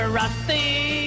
rusty